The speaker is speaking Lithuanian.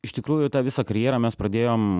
iš tikrųjų tą visą karjerą mes pradėjom